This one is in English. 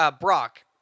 Brock